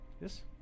Yes